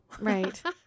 right